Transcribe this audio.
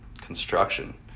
construction